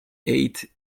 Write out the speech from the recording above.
eight